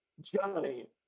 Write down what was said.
johnny